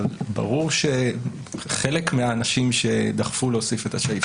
אבל ברור שחלק מהאנשים שדחפו להוסיף את הסעיף